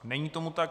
Není tomu tak.